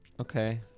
okay